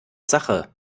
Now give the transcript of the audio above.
sache